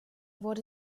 wurde